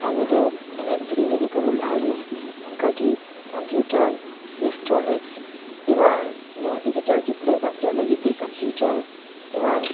ᱟᱵᱚ ᱫᱚ ᱮᱱᱮᱡ ᱥᱮᱨᱮᱧ ᱨᱮ ᱪᱮᱫ ᱞᱮᱠᱟ ᱵᱚ ᱞᱟᱦᱟ ᱜᱮᱭᱟ ᱚᱱᱠᱟ ᱜᱤ ᱠᱳᱢᱯᱤᱭᱩᱴᱟᱨ ᱤᱞᱮᱠᱴᱨᱚᱱᱤᱠᱥ ᱮᱢᱟᱱ ᱱᱚᱣᱟ ᱰᱤᱡᱤᱴᱟᱞ ᱡᱩᱜᱽ ᱨᱮ ᱵᱟᱧᱪᱟᱜ ᱞᱟᱹᱜᱫ ᱛᱮ ᱠᱳᱢᱯᱤᱭᱩᱴᱟᱨ ᱮᱢᱟᱱ